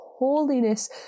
holiness